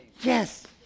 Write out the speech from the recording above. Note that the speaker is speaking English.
Yes